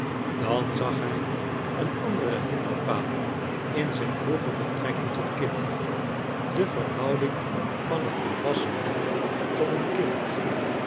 dan zag hij een anderen hinderpaal in zijn vroegere betrekking tot kitty de verhouding van een volwassen man tot een kind